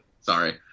Sorry